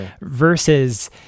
Versus